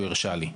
הוא הרשה לי.